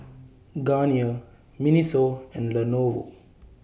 Garnier Miniso and Lenovo